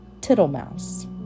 Tittlemouse